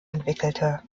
entwickelte